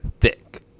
Thick